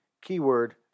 keyword